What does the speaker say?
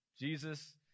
Jesus